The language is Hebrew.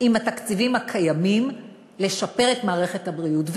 עם התקציבים הקיימים לשפר את מערכת הבריאות.